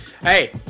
Hey